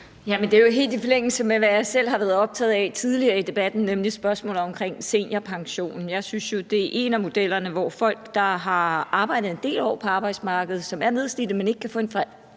Det er jo helt i forlængelse af, hvad jeg selv har været optaget af tidligere i debatten, nemlig spørgsmålet omkring seniorpensionen. Jeg synes, det er en af modellerne, hvor folk, der har været en del år på arbejdsmarkedet, som er nedslidte, men ikke kan få en